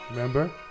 remember